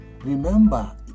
Remember